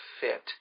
fit